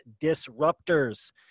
Disruptors